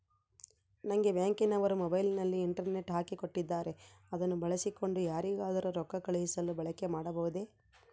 ನಂಗೆ ಬ್ಯಾಂಕಿನವರು ಮೊಬೈಲಿನಲ್ಲಿ ಇಂಟರ್ನೆಟ್ ಹಾಕಿ ಕೊಟ್ಟಿದ್ದಾರೆ ಅದನ್ನು ಬಳಸಿಕೊಂಡು ಯಾರಿಗಾದರೂ ರೊಕ್ಕ ಕಳುಹಿಸಲು ಬಳಕೆ ಮಾಡಬಹುದೇ?